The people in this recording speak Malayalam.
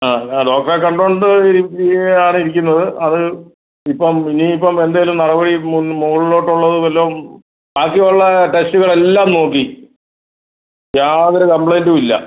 ആ ആ ഡോക്ടറെ കണ്ടോണ്ട് ഇരിക്കുകയാണ് ഇരിക്കുന്നത് അത് ഇപ്പം ഇനി ഇപ്പം എന്തേലും നടപടി മോളിലോട്ട് ഉള്ളത് വല്ലതും ബാക്കി ഉള്ള ടെസ്റ്റുകൾ എല്ലാം നോക്കി യാതൊരു കംപ്ലയിൻറ്റും ഇല്ല